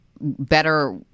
better